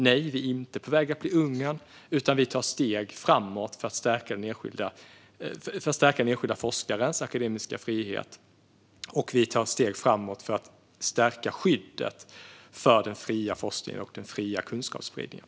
Nej, vi är heller inte på väg att bli Ungern, utan vi tar steg framåt för att stärka den enskilda forskarens akademiska frihet. Vi tar också steg framåt för att stärka skyddet för den fria forskningen och den fria kunskapsspridningen.